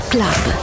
Club